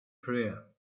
prayer